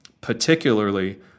particularly